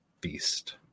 beast